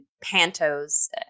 Panto's